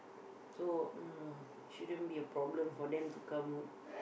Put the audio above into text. so uh shouldn't be a problem for them to come